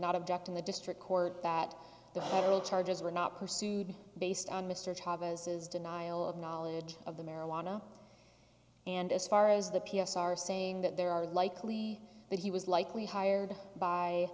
not object in the district court that the federal charges were not pursued based on mr chavez's denial of knowledge of the marijuana and as far as the p s are saying that there are likely that he was likely hired by